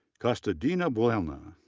costadina buelna,